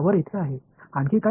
வேறு என்ன தெரிந்து கொள்ள வேண்டும்